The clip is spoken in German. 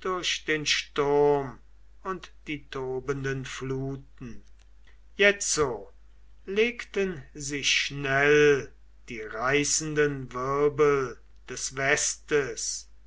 durch den sturm und die tobenden fluten jetzo legten sich schnell die reißenden wirbel des westes